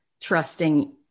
trusting